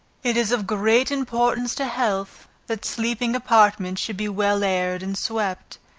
it is of great importance to health, that sleeping apartments should be well aired and swept.